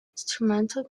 instrumental